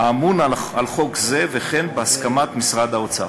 האמון על חוק זה, וכן להסכמת משרד האוצר.